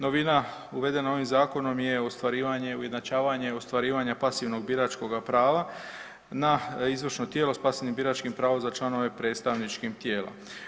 Novina uvedena ovim zakonom je ostvarivanje, ujednačavanje ostvarivanja pasivnog biračkog prava na izvršno tijelo … biračkim pravom za članove predstavničkih tijela.